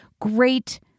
great